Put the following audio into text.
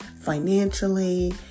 financially